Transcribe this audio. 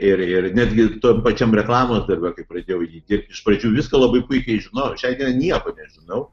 ir ir netgi tam pačiam reklamos darbe kai pradėjau jį dirbti iš pradžių viską labai puikiai žinojau šiandien nieko nežinau